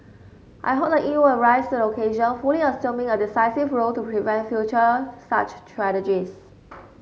I hope the E U will rise the occasion fully assuming a decisive role to prevent future such tragedies